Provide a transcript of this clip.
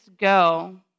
go